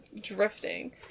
drifting